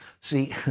See